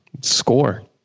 score